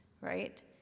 right